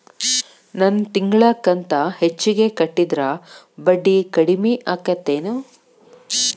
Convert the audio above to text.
ನನ್ ತಿಂಗಳ ಕಂತ ಹೆಚ್ಚಿಗೆ ಕಟ್ಟಿದ್ರ ಬಡ್ಡಿ ಕಡಿಮಿ ಆಕ್ಕೆತೇನು?